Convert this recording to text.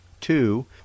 two